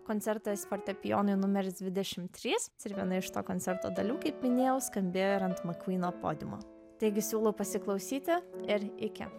koncertas fortepijonui numeris dvidešimt trys ir viena iš to koncerto dalių kaip minėjau skambėjo ir ant makvyni podiumo taigi siūlau pasiklausyti ir iki